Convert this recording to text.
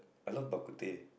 I love bak-kut-teh